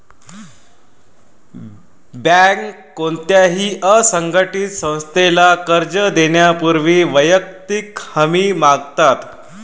बँका कोणत्याही असंघटित संस्थेला कर्ज देण्यापूर्वी वैयक्तिक हमी मागतात